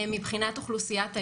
מבחינת אוכלוסיית היעד,